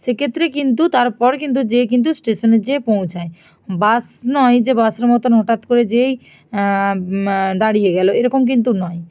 সেক্ষেত্রে কিন্তু তারপর কিন্তু যেয়ে কিন্তু স্টেশনে যেয়ে পৌঁছায় বাস নয় যে বাসের মতন হঠাৎ করে যেয়েই দাঁড়িয়ে গেলো এরকম কিন্তু নয়